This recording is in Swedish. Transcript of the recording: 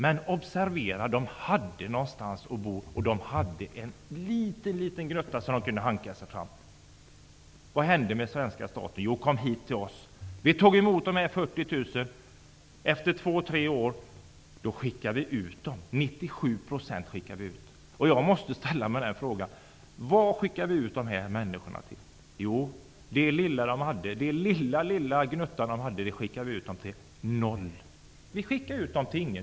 Men observera att de hade någonstans att bo och en liten gnutta så att de kunde hanka sig fram. Vad hände med svenska staten? Jo, man sade: Kom hit till oss! Vi tog emot de 40 000, och efter två tre år skickar vi ut 97 % av dem. Jag måste ställa frågan: Vad skickar vi ut de här människorna till? Jo, vi skickar ut dem till den lilla, lilla gnutta de hade, till noll och ingenting.